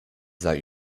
sei